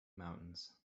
mountains